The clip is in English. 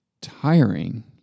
tiring